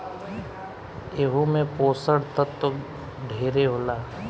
एहू मे पोषण तत्व ढेरे होला